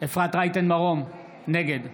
אפרת רייטן מרום, נגד